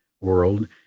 world